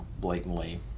blatantly